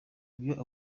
byo